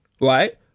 Right